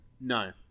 no